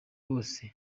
bose